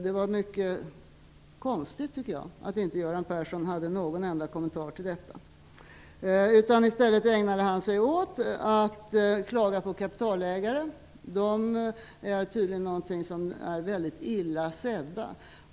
Det var mycket konstigt att Göran Persson inte hade någon enda kommentar till detta. Göran Persson ägnade sig i stället åt att klaga på kapitalägare -- de är tydligen väldigt illa sedda.